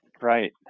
Right